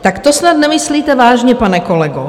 Tak to snad nemyslíte vážně, pane kolego?